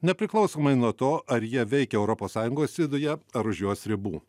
nepriklausomai nuo to ar jie veikia europos sąjungos viduje ar už jos ribų